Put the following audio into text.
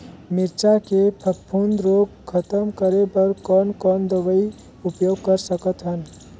मिरचा के फफूंद रोग खतम करे बर कौन कौन दवई उपयोग कर सकत हन?